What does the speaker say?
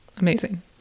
amazing